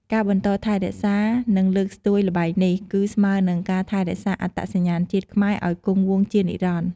ការបន្តថែរក្សា និងលើកស្ទួយល្បែងនេះ គឺស្មើនឹងការថែរក្សាអត្តសញ្ញាណជាតិខ្មែរឱ្យគង់វង្សជានិរន្តរ៍។